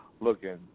looking